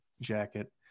jacket